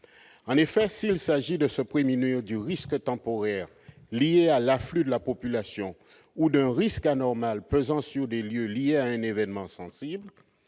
en effet, s'il s'agit de ce 1er mai du risque temporaire liée à l'afflux de la population ou d'un risque anormal pesant sur des lieux lié à un événement insensible